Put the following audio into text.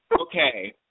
Okay